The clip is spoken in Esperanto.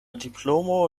diplomo